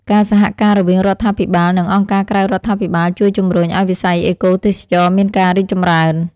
ការសហការរវាងរដ្ឋាភិបាល និងអង្គការក្រៅរដ្ឋាភិបាលជួយជម្រុញឱ្យវិស័យអេកូទេសចរណ៍មានការរីកចម្រើន។